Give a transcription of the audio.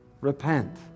Repent